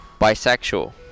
Bisexual